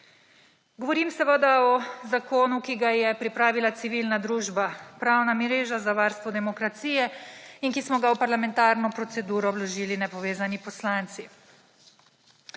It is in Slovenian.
Govorimo seveda o zakonu, ki ga je pripravila civilna družba, pravna mreža za varstvo demokracije in ki smo ga v parlamentarno proceduro vložili nepovezani poslanci.